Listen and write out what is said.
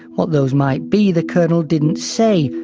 what those might be the colonel didn't say,